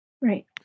Right